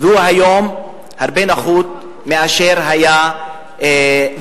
והוא היום הרבה יותר נחות מאשר היה בעבר.